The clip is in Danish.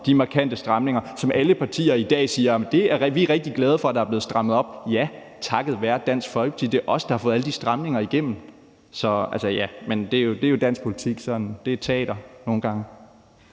de markante stramninger, som alle partier i dag siger at de er rigtig glade for er blevet lavet. Ja, det er takket være Dansk Folkeparti. Det er os, der har fået alle de stramninger igennem. Men det er jo dansk politik; det er nogle gange